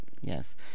yes